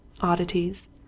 oddities